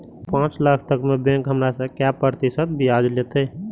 पाँच लाख तक में बैंक हमरा से काय प्रतिशत ब्याज लेते?